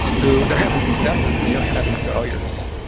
who they're having successes when you're having failures